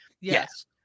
Yes